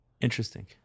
Interesting